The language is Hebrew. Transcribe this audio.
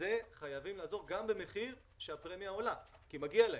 כאן חייבים לעזור גם במחיר שהפרמיה עולה כי מגיע לו.